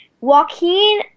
Joaquin